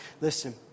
Listen